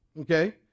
Okay